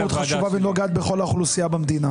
מאוד חשובה ונוגעת בכל האוכלוסייה במדינה.